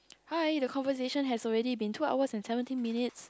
hi the conversation has already been two hours and seventeen minutes